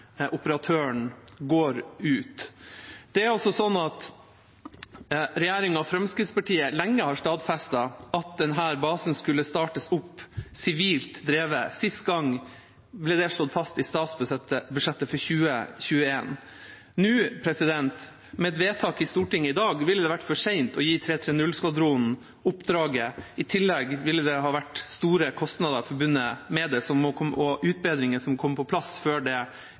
operatøren går ut. Det er altså sånn at regjeringa og Fremskrittspartiet lenge har stadfestet at denne basen skulle startes opp sivilt drevet. Sist gang ble det slått fast i statsbudsjettet for 2021. Nå, med et vedtak i Stortinget i dag, ville det vært for sent å gi 330-skvadronen oppdraget. I tillegg ville det ha vært store kostnader forbundet med det og utbedringer som må komme på plass før det